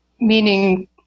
meaning